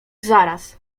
zaraz